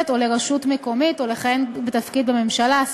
או לרשות מקומית או לכהן בתפקיד בממשלה,